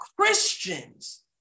Christians